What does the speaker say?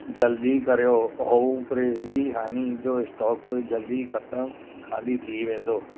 जल्दी कर्यो होवू फ्रिज बि हानी जो स्टॉक जल्दी ख़त्मु खाली थी वेंदो